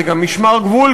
זה גם משמר גבול,